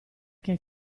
che